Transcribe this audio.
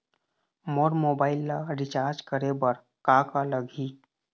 मोर mobile ला recharge करे बर का का लगही?